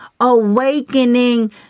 Awakening